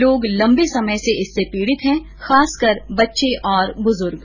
लोग लंबे समय से इससे पीड़ित हैं खासकर बच्चे और ब्रज्र्ग